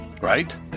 Right